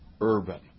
urban